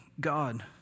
God